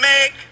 make